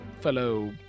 fellow